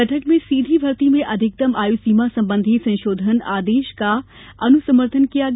बैठक में सीधी भर्ती में अधिकतम आयु सीमा संबंधी संशोधन आदेश का अनुसमर्थन किया गया